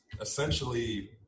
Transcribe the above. essentially